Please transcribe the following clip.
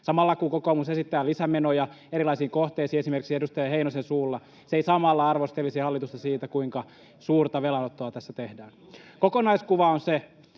samalla kun kokoomus esittää lisämenoja erilaisiin kohteisiin, esimerkiksi edustaja Heinosen suulla, se ei arvostelisi hallitusta siitä, kuinka suurta velanottoa tässä tehdään. [Timo Heinonen